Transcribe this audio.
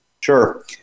Sure